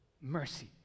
mercy